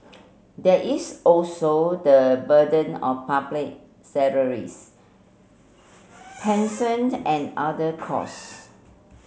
there is also the burden of public salaries pensioned and other cost